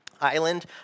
island